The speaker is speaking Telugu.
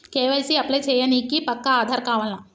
కే.వై.సీ అప్లై చేయనీకి పక్కా ఆధార్ కావాల్నా?